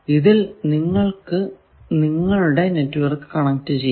ഇതിൽ നിങ്ങൾക്കു നിങ്ങളുടെ നെറ്റ്വർക്ക് കണക്ട് ചെയ്യാം